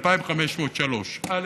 2503/10,